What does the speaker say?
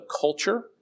culture